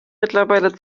mittlerweile